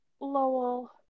Lowell